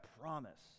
promise